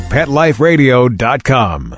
PetLiferadio.com